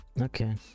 okay